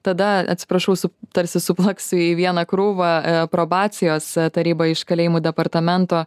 tada atsiprašau su tarsi suplaksiu į vieną krūvą probacijos tarybą iš kalėjimų departamento